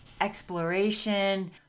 exploration